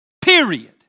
Period